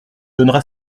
donnera